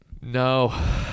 No